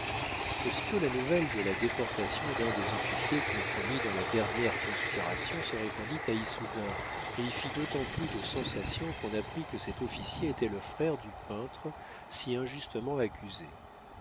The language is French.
aussitôt la nouvelle de la déportation d'un des officiers compromis dans la dernière conspiration se répandit à issoudun et y fit d'autant plus de sensation qu'on apprit que cet officier était le frère du peintre si injustement accusé